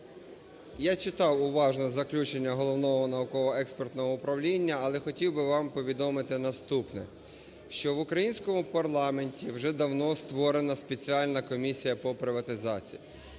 Я читав уважно заключення Головного науково-експертного управління, але хотів би вам повідомити наступне: що в українському парламенті вже давно створена Спеціальна комісія по приватизації,